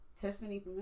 Tiffany